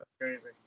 Crazy